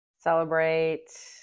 Celebrate